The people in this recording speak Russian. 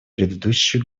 предыдущие